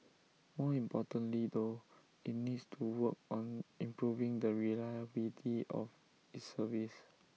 more importantly though IT needs to work on improving the reliability of its service